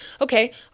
okay